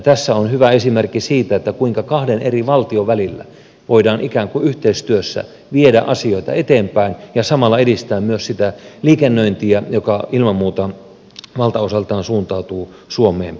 tässä on hyvä esimerkki siitä kuinka kahden eri valtion välillä voidaan ikään kuin yhteistyössä viedä asioita eteenpäin ja samalla edistää myös sitä liikennöintiä joka ilman muuta valtaosaltaan suuntautuu suomeen päin